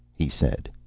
he said.